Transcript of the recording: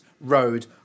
road